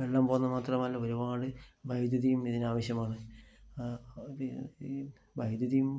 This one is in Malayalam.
വെള്ളം പോകുന്നത് മാത്രമല്ല ഒരുപാട് വൈദ്യുതിയും ഇതിനാവശ്യമാണ് ഈ വൈദ്യുതിയും